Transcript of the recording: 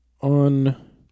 on